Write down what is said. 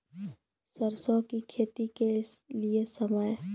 सरसों की खेती के लिए समय?